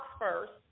first